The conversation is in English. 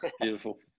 Beautiful